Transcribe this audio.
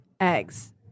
Eggs